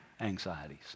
anxieties